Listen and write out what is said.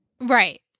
right